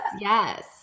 yes